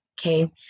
okay